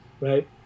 right